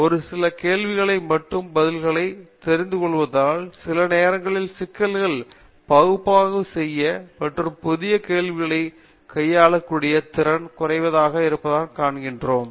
ஒரு சில கேள்விகளுக்கு மட்டும் பதில்களை தெரிந்து கொள்வதால் சில நேரங்களில் சிக்கல்களை பகுப்பாய்வு செய்ய மற்றும் புதிய வகை கேள்விகளைக் கையாளக்கூடிய திறன் குறைவாக இருப்பதை நாம் காண்கிறோம்